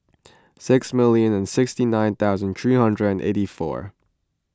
six million and sixty nine thousand three hundred and eighty four